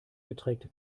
beträgt